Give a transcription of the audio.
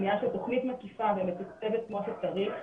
בנייה של תוכנית מקיפה ומתוקצבת כמו שצריך.